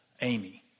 Amy